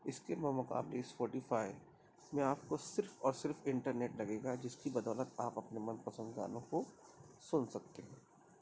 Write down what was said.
اس کے بمقابلے اسپوٹیفائی جس میں آپ کو صرف اور صرف انٹرنیٹ لگے گا جس کی بدولت آپ اپنے من پسند گانوں کو سن سکتے ہیں